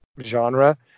genre